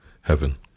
heaven